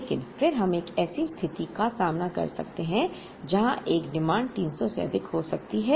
लेकिन फिर हम एक ऐसी स्थिति का सामना कर सकते हैं जहां यह मांग 300 से अधिक हो सकती है